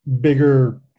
bigger